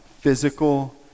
physical